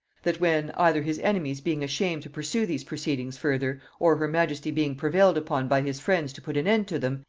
that when, either his enemies being ashamed to pursue these proceedings further, or her majesty being prevailed upon by his friends to put an end to them,